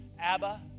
Abba